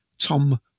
Tom